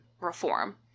reform